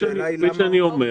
השאלה היא למה --- כפי שאני אומר,